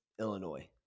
Illinois